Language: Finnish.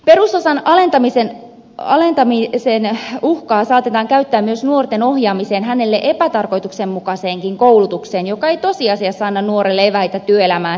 perusosan alentamisen uhkaa saatetaan käyttää myös nuoren ohjaamiseen hänelle epätarkoituksenmukaiseenkin koulutukseen joka ei tosiasiassa anna nuorelle eväitä työelämään siirtymiseen